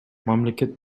мамлекет